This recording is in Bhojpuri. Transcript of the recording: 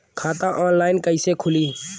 खाता ऑनलाइन कइसे खुली?